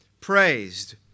praised